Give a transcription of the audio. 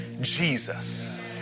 Jesus